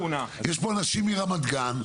יש פה אנשים מרמת גן,